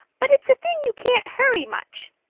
but it's a thing you can't hurry much.